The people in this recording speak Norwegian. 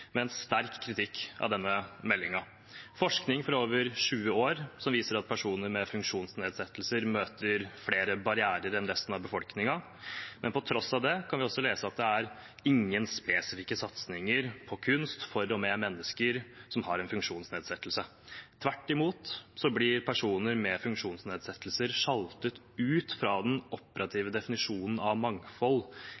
med funksjonsnedsettelser. I Dagsavisen i dag kan vi lese en kronikk fra forskere og kulturfolk der det er sterk kritikk av denne meldingen. Forskning fra over 20 år viser at personer med funksjonsnedsettelser møter flere barrierer enn resten av befolkningen. På tross av det, kan vi også lese, er det ingen spesifikke satsinger på kunst for og med mennesker som har en funksjonsnedsettelse. Tvert imot blir personer med funksjonsnedsettelser sjaltet ut fra